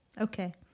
Okay